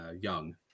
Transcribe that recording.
young